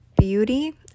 beauty